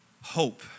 Hope